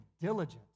diligence